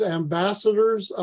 ambassadors